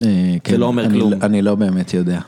אהה, כן. זה לא אומר כלום. אני לא באמת יודע.